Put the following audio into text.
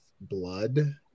blood